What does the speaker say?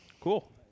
Cool